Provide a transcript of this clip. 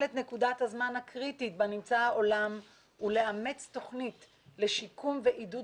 את נקודת הזמן הקריטית בה נמצא העולם ולאמץ תוכנית לשיקום ועידוד